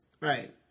right